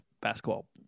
basketball